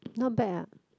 not bad ah